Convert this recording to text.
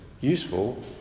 useful